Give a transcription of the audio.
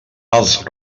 els